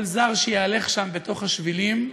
כל זר שיהלך שם בתוך השבילים,